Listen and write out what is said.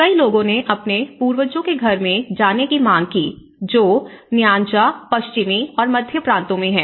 कई लोगों ने अपने पूर्वजों के घरों में जाने की मांग की जो न्यानजा पश्चिमी और मध्य प्रांतों में हैं